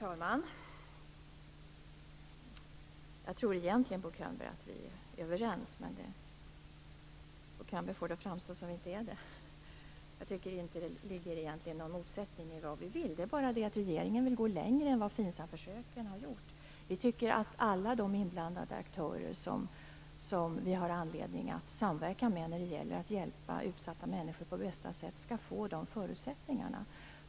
Fru talman! Jag tror egentligen, Bo Könberg, att vi är överens, men Bo Könberg får det att framstå som om vi inte är det. Jag tycker inte att det egentligen ligger någon motsättning i vad vi vill. Det är bara det att regeringen vill gå längre än vad FINSAM-försöken har gjort. Vi tycker att alla de inblandade aktörer som vi har anledning att samverka med när det gäller att hjälpa utsatta människor på bästa sätt skall få de förutsättningarna.